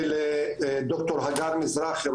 ולד"ר הגר מזרחי,